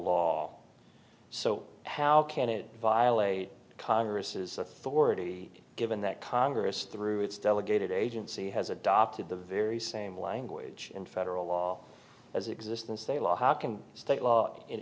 law so how can it violate congress's authority given that congress through its delegated agency has adopted the very same language in federal law as existence a lot how can a state law in